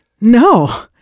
No